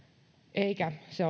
eikä se